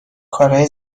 کارای